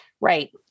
Right